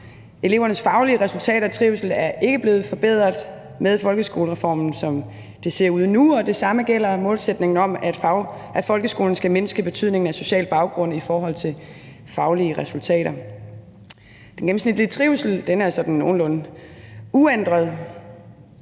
Elevernes faglige resultater og trivsel er ikke blevet forbedret med folkeskolereformen, som det ser ud nu, og det samme gælder målsætningen om, at folkeskolen skal mindske betydningen af social baggrund i forhold til faglige resultater. Den gennemsnitlige trivsel er nogenlunde uændret.